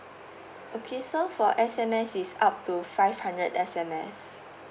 okay so for S_M_S is up to five hundred S_M_S